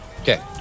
Okay